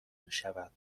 میشود